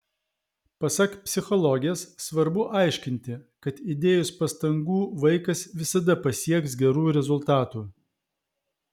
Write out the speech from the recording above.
pasak psichologės svarbu aiškinti kad įdėjus pastangų vaikas visada pasieks gerų rezultatų